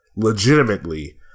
legitimately